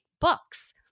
books